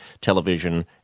television